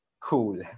Cool